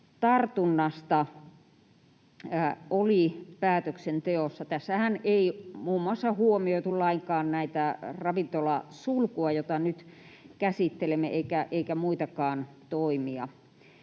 tartunnasta oli päätöksenteossa. Tässähän ei muun muassa huomioitu lainkaan tätä ravintolasulkua, jota nyt käsittelemme, eikä muitakaan toimia.